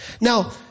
Now